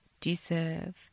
deserve